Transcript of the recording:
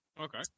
Okay